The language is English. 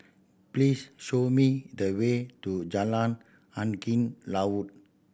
please show me the way to Jalan Angin Laut